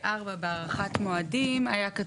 היא צריכה להסתכל על --- היא צריכה